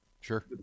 sure